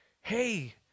hey